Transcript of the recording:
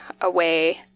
away